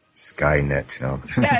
Skynet